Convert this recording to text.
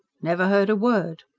never heard a word!